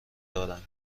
دارند